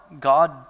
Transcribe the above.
God